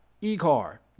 e-car